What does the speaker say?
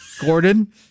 Gordon